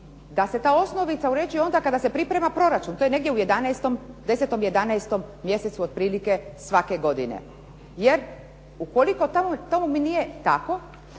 da se ta osnovica uređuje onda kada se priprema proračun to je u 10, 11 mjesecu otprilike svako godine. Jer ukoliko tome nije tako